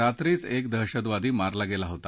रात्रीच एक दहशतवादी मारला गेला होता